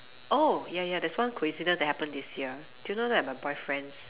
oh ya ya there's one coincidence that happened this year do you know that my boyfriend's